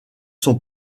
sont